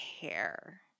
care